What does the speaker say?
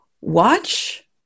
watch